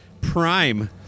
Prime